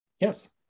Yes